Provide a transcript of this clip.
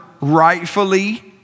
rightfully